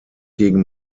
gegen